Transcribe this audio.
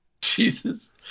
Jesus